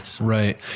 Right